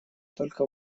только